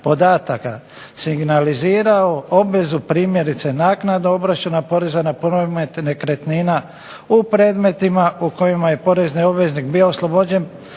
podataka, signalizirao obvezu primjerice naknadu obračuna poreza na promet nekretnina u predmetima u kojima je porezni obveznik bio oslobođen